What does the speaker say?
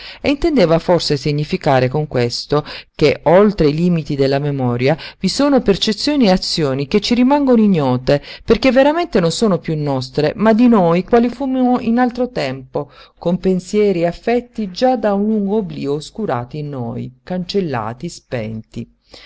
e intendeva forse significare con questo che oltre i limiti della memoria vi sono percezioni e azioni che ci rimangono ignote perché veramente non sono piú nostre ma di noi quali fummo in altro tempo con pensieri e affetti già da un lungo oblío oscurati in noi cancellati spenti